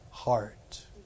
heart